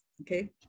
okay